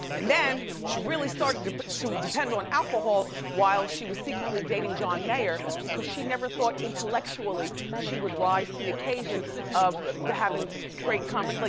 and then she really started to but to depend on alcohol while she was secretly dating john mayer because she never thought intellectually she would rise to the occasion of having great conver, like